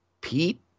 Pete